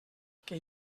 que